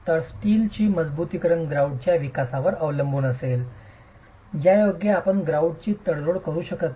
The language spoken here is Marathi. तर स्टीलची मजबुतीकरण ग्रॉउटच्या विकासावर अवलंबून असेल ज्यायोगे आपण ग्रॉउटची तडजोड करू शकत नाही